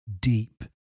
deep